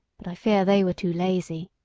but i fear they were too lazy.